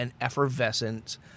effervescent